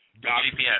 GPS